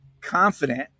confident